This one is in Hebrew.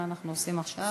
מה אנחנו עושים עכשיו?